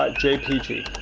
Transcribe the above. ah jpg